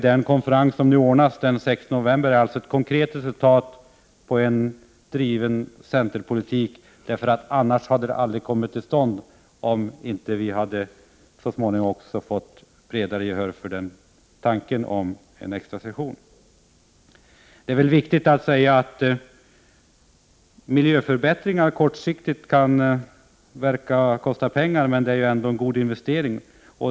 Den konferens som nu ordnas den 16 november är alltså ett konkret resultat av den politik centern har drivit. Den hade aldrig kommit till stånd om vi inte så småningom i en bredare krets hade fått gehör för tanken på en extra session. Miljöförbättringar kan kortsiktigt verka kosta pengar, men det är ändå en god investering.